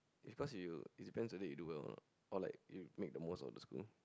because you it depends whether you do well or not or like you make the most of the school